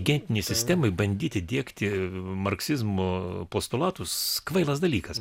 gentinei sistemai bandyti diegti marksizmo postulatus kvailas dalykas